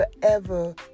forever